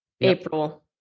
April